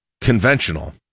conventional